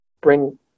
bring